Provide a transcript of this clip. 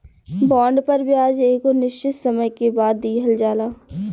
bond पर ब्याज एगो निश्चित समय के बाद दीहल जाला